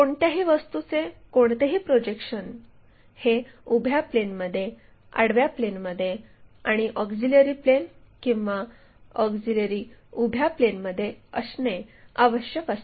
कोणत्याही वस्तूचे कोणतेही प्रोजेक्शन हे उभ्या प्लेनमध्ये आडव्या प्लेनमध्ये आणि ऑक्झिलिअरी प्लेन किंवा ऑक्झिलिअरी उभ्या प्लेनमध्ये असणे आवश्यक असते